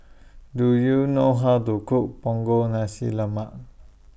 Do YOU know How to Cook Punggol Nasi Lemak